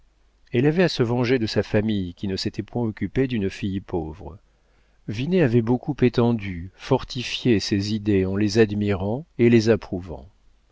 elle avait à se venger de sa famille qui ne s'était point occupée d'une fille pauvre vinet avait beaucoup étendu fortifié ses idées en les admirant et les